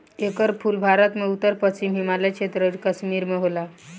एकर फूल भारत में उत्तर पश्चिम हिमालय क्षेत्र अउरी कश्मीर में होला